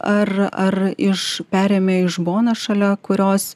ar ar iš perėmė iš bonos šalia kurios